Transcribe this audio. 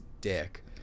dick